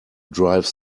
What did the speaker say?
drive